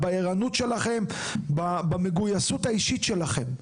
בערנות ובמגויסות האישית שלכם.